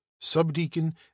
subdeacon